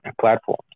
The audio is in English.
platforms